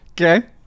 Okay